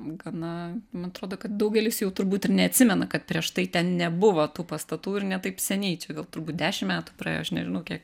gana man atrodo kad daugelis jau turbūt ir neatsimena kad prieš tai ten nebuvo tų pastatų ir ne taip seniai čia gal turbūt dešim metų praėjo aš nežinau kiek